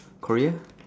Korea